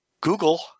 Google